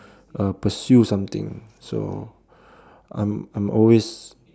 uh pursue something so I'm I'm always